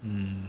mm